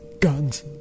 guns